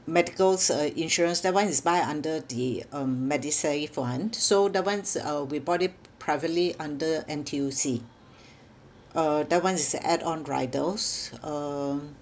medicals uh insurance that one is buy under the um medisave [one] so that [one] is uh we bought it privately under N_T_U_C uh that one is a add on riders uh